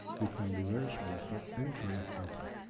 we can reverse and stop any kind of cancer.